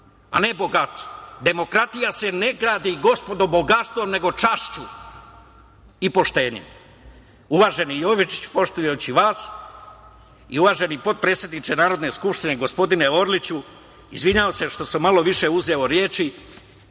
a ne bogati. Demokratija se ne gradi gospodo bogatstvom nego čašću i poštenjem. Uvaženi Jovičiću poštujući Vas i uvaženi potpredsedniče Narodne skupštine gospodine Orliću, izvinjavam se što sam malo više uzeo reči,